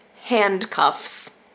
handcuffs